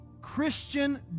Christian